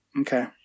Okay